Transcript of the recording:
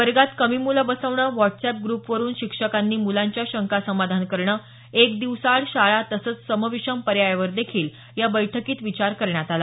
वर्गात कमी मुलं बसवणं व्हॉटसऍप ग्रप्सवरून शिक्षकांनी मुलांचं शंका समाधान करणं एक दिवसाआड शाळा तसंच सम विषम पर्यायावर देखील बैठकीत विचार करण्यात आला